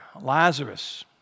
Lazarus